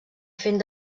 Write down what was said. fent